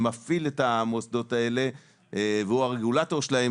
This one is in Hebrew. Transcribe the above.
שמפעיל את המוסדות האלה והוא הרגולטור שלהם,